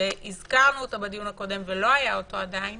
שהזכרנו בדיון הקודם ולא היה עדיין